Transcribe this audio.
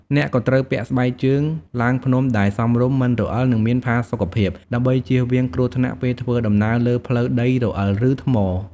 អ្នកក៏ត្រូវពាក់ស្បែកជើងឡើងភ្នំដែលសមរម្យ មិនរអិល និងមានផាសុកភាព ដើម្បីជៀសវាងគ្រោះថ្នាក់ពេលធ្វើដំណើរលើផ្លូវដីរអិល ឬថ្ម។